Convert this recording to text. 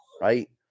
Right